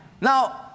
now